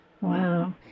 Wow